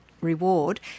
reward